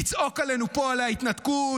לצעוק עלינו פה על ההתנתקות,